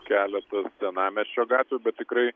keletas senamiesčio gatvių bet tikrai